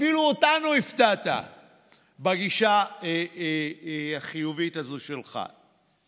אפילו אותנו הפתעת בגישה החיובית הזו שלך.